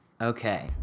okay